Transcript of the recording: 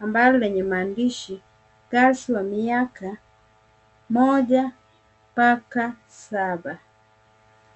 ambalo lenye maandishi girls wa miaka moja mpaka saba.